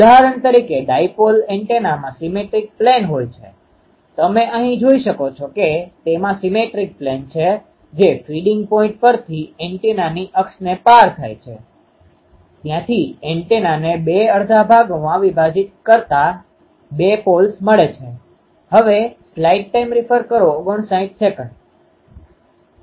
ઉદાહરણ તરીકે ડાઇપોલdipoleદ્વીધ્રુવી એન્ટેનામાં સીમેટ્રિક પ્લેન હોય છે તમે અહીં જોઈ શકો છો કે તેમાં સીમેટ્રિક પ્લેન છે જે ફીડીંગfeedingસ્ત્રોત પોઈન્ટpointબિંદુપરથી એન્ટેનાની અક્ષને પાર થાય છે ત્યાંથી એન્ટેનાને બે અડધા ભાગોમાં વિભાજીત કરતા બે પોલ્સpolesધ્રુવો મળે છે